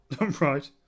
Right